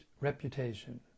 reputation